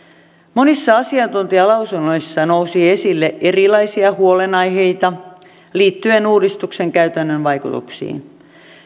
monissa asiantuntijalausunnoissa nousi esille erilaisia huolenaiheita liittyen uudistuksen käytännön vaikutuksiin